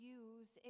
use